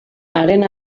haren